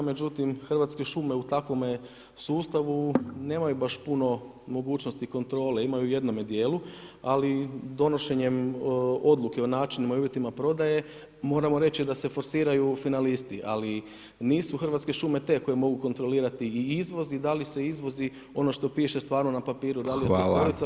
Međutim, Hrvatske šume u takvome sustavu nemaju baš puno mogućnosti kontrole, imaju u jednom dijelu ali donošenjem odluke o načinu i uvjetima prodaje, moramo reći da se forsiraju finalisti ali nisu Hrvatske šume te koje mogu kontrolirati i izvoz i da li se izvozi ono što piše stvarno na papru, da … koja se izvoz ili … odnosno trupac ili